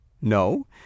No